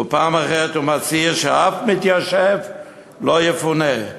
ופעם אחרת הוא מצהיר שאף מתיישב לא יפונה.